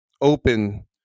open